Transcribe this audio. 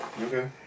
Okay